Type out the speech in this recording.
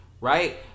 right